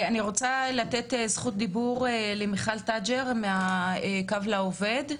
אני רוצה לתת זכות דיבור למיכל תג'ר מקו לעובד.